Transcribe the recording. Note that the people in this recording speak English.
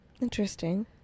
Interesting